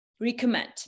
recommend